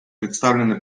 представленный